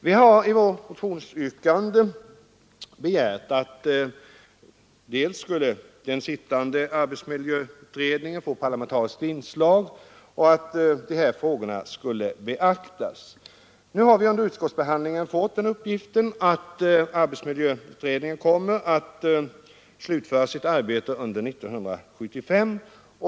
Vi har i vårt motionsyrkande begärt att pågående arbetsmiljöutredning skulle få ett parlamentariskt inslag och att särskilt förbättringen av de psykosociala arbetsmiljöerna skulle beaktas vid utredningsarbetet. Under utskottsbehandlingen har vi fått den uppgiften att arbetsmiljöutredningen kommer att slutföra sitt arbete under 1975.